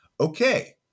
Okay